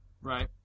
Right